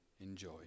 enjoy